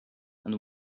and